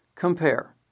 compare